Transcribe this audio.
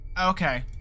Okay